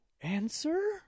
Answer